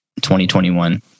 2021